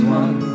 one